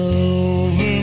over